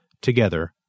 together